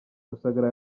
rusagara